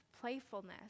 playfulness